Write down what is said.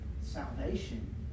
salvation